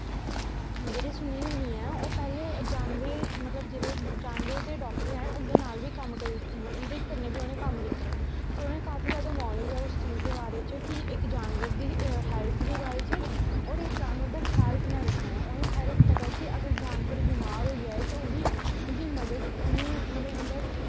जेह्ड़े सुनील बाईया ऐं ओह् पैह्लैं मतलव कि जानवरें दे डाक्टर ऐं उंदे नाल बी कम्म उंदे कन्नैं बी उनैं कम्म कीते दा ऐ ते उनेंगी काफी जादा नॉलेज़ ऐ उस चीज़ दे बारे च कि इक जानवर दी हैल्छ दे बारे च और इक जानवर दा ख्याल कियां रक्खनां ऐ उनेंगी हर इक पचा ऐ अगर जानवर बमार होई जाए ते उंदी मदद उनेंगी मतलव बदद